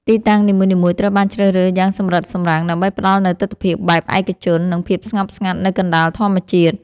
ទីតាំងនីមួយៗត្រូវបានជ្រើសរើសយ៉ាងសម្រិតសម្រាំង ដើម្បីផ្ដល់នូវទិដ្ឋភាពបែបឯកជន និងភាពស្ងប់ស្ងាត់នៅកណ្ដាលធម្មជាតិ។